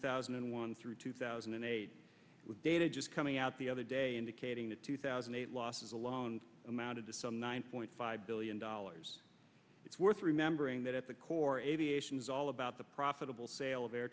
thousand and one through two thousand and eight with data just coming out the other day indicating the two thousand and eight losses alone amounted to some nine point five billion dollars it's worth remembering that at the core aviation is all about the profitable sale of air